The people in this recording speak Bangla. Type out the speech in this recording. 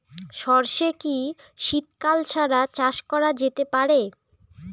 সর্ষে কি শীত কাল ছাড়া চাষ করা যেতে পারে?